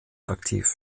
aktiv